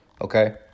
okay